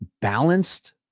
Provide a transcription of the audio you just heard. balanced